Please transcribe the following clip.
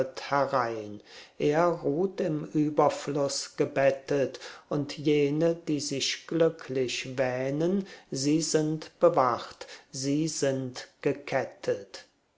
herein er ruht im überfluß gebettet und jene die sich glücklich wähnen sie sind bewacht sie sind gekettet